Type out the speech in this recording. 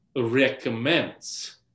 Recommends